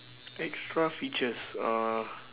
extra features uh